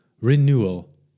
Renewal